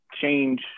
change